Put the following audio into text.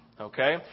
okay